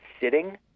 sitting